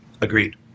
Agreed